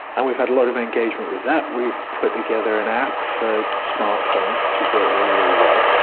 and we've had a lot of engagement with that. we've put together an app for smart phones which has worked really, really well,